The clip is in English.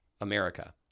America